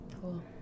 Cool